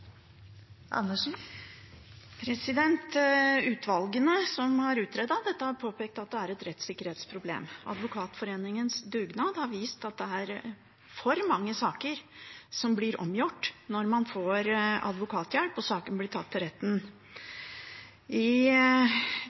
et rettssikkerhetsproblem. Advokatforeningens dugnad har vist at det er for mange saker som blir omgjort når man får advokathjelp og saken blir tatt til retten. I